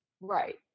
Right